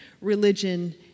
religion